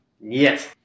Yes